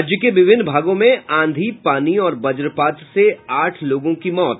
राज्य के विभिन्न भागों में आंधी पानी और वज्रपात से आठ लोगों की मौत